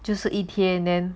就是一天 then